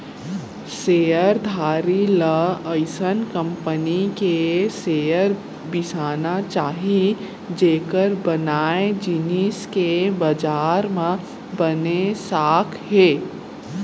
share धारी ल अइसन कंपनी के शेयर बिसाना चाही जेकर बनाए जिनिस के बजार म बने साख हे